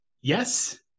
yes